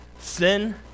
Sin